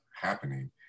happening